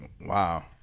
Wow